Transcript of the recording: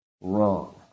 wrong